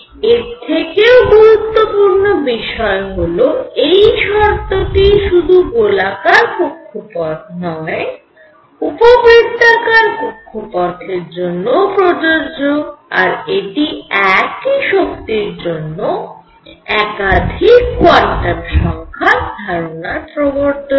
এর থেকেও গুরত্বপুর্ণ বিষয় হল এই শর্তটি শুধু গোলাকার কক্ষপথ নয় উপবৃত্তাকার কক্ষপথের জন্যও প্রযোজ্য আর এটি একই শক্তির জন্য একাধিক কোয়ান্টাম সংখ্যার ধারণার প্রবর্তন করে